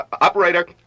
Operator